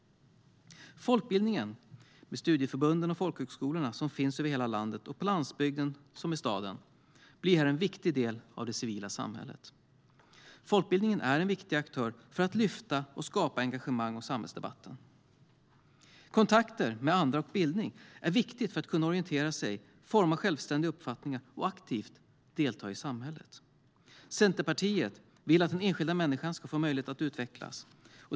Folkbildningen, med studieförbunden och folkhögskolorna som finns över hela landet, på landsbygden såväl som i staden, blir en viktig del av det civila samhället. Folkbildningen är en viktig aktör för att lyfta och skapa engagemang i samhällsdebatten. Kontakter med andra och bildning är viktigt för att kunna orientera sig, forma självständiga uppfattningar och aktivt delta i samhället. Centerpartiet vill att den enskilda människan ska få möjlighet att utvecklas.